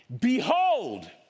Behold